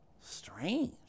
Strange